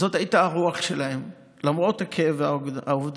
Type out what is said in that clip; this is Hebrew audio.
זו הייתה הרוח שלהם, למרות הכאב והאובדן.